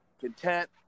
content